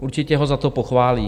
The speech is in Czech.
Určitě ho za to pochválí.